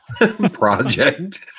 Project